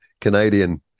Canadian